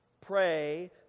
pray